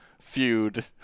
feud